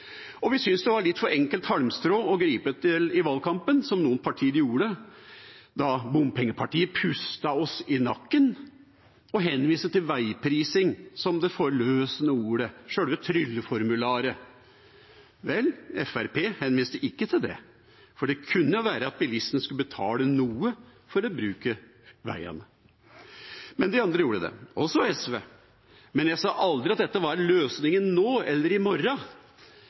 Vi syntes det var et litt for enkelt halmstrå å gripe til i valgkampen, som noen partier gjorde, da bompengepartiet pustet oss i nakken og henviste til veiprising som det forløsende ordet, selve trylleformularet. Vel, Fremskrittspartiet henviste ikke til det, for det kunne jo være at bilistene skulle betale noe for å bruke veiene. Men de andre gjorde det, også SV, men jeg sa aldri at dette var løsningen nå, eller i morgen,